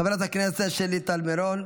אינה נוכחת, חברת הכנסת שלי טל מרון,